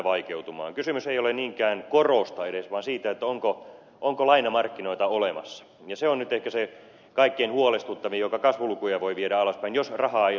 kysymys ei ole niinkään edes korosta vaan siitä onko lainamarkkinoita olemassa ja se on ehkä se kaikkien huolestuttavin asia joka kasvulukuja voi viedä alaspäin jos rahaa ei ole saatavissa